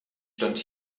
stand